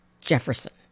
Jefferson